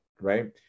right